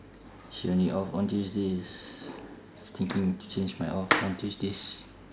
she only off on tuesdays thinking to change my off on tuesdays